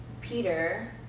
Peter